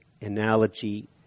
analogy